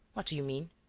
what do you mean?